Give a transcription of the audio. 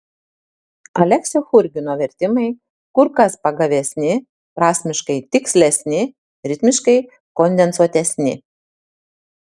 aleksio churgino vertimai kur kas pagavesni prasmiškai tikslesni ritmiškai kondensuotesni